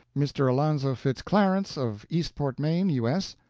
mr. alonzo fitz clarence, of eastport, maine, u. s,